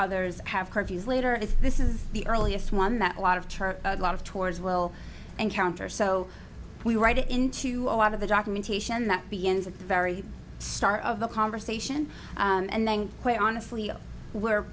others have curfews later as this is the earliest one that a lot of turf a lot of tours will encounter so we write it into a lot of the documentation that begins at the very start of the conversation and then quite honestly we're